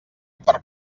per